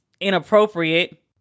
inappropriate